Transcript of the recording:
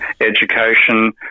education